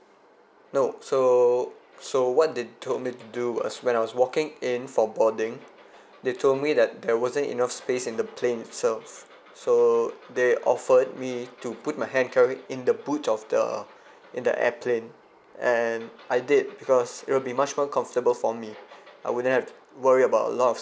nope so so what they told me to do was when I was walking in for boarding they told me that there wasn't enough space in the plane itself so they offered me to put my hand carry in the boot of the in the airplane and I did because it will be much more comfortable for me I wouldn't have to worry about a lot of